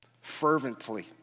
fervently